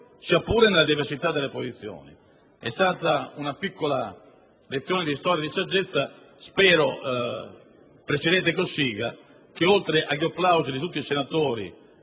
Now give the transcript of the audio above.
sia pure nella diversità delle posizioni. È stata una piccola lezione di storia e di saggezza: spero, presidente Cossiga, che, oltre agli applausi di tutti i senatori